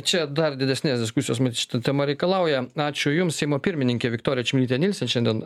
čia dar didesnės diskusijos matyt šita tema reikalauja ačiū jums seimo pirmininkė viktorija čmilytė nielsen šiandien